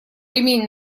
ремень